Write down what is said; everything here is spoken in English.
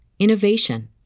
innovation